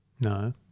No